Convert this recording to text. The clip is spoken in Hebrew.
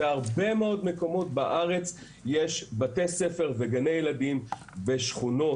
בהרבה מאוד מקומות בארץ יש בתי ספר וגני ילדים בשכונות,